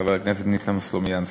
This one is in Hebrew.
חבר הכנסת ניסן סלומינסקי.